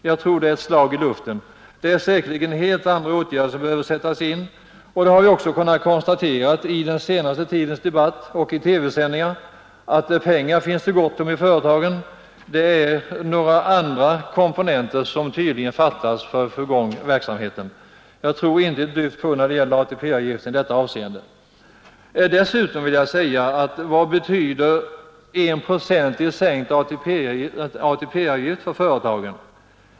Jag tror att detta är ett slag i luften — det är säkert helt andra åtgärder som måste vidtas. Det har också kunnat konstateras i den senaste tidens debatter och i TV-sändningar att pengar finns det gott om i företagen — det är några andra komponenter som tydligen fattas för att verksamheten skall komma i gång. Jag tror inte ett dyft på ATP-avgiften i detta avseende. Vad betyder 1 procent i sänkt ATP-avgift för företagen?